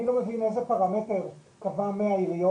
אני לא מבין מה זה פרמטר קבע מהעיריות.